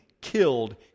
killed